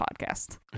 podcast